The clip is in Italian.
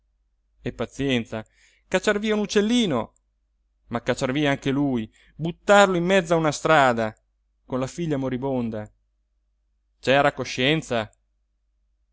più e pazienza cacciar via un uccellino ma cacciar via anche lui buttarlo in mezzo a una strada con la figlia moribonda c'era coscienza